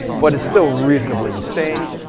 but it's still reasonably insane.